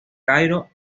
cairo